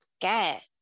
get